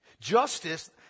Justice